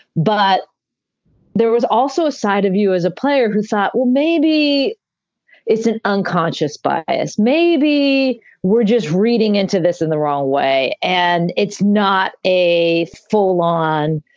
but there was also a side of you as a player who thought, well, maybe it's an unconscious bias. maybe we're just reading into this in the wrong way. and it's not a full on,